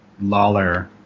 Lawler